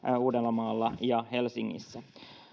uudellamaalla ja helsingissä